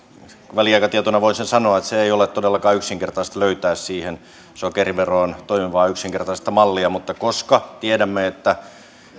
väliaikatietona voin sen sanoa että se ei ole todellakaan yksinkertaista löytää siihen sokeriveroon toimivaa yksinkertaista mallia mutta koska tiedämme että